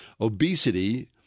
Obesity